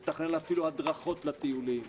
לתכנן אפילו הדרכות לטיולים,